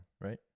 right